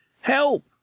Help